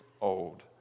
old